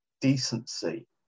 decency